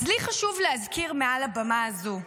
אז לי חשוב להזכיר מעל הבמה הזו: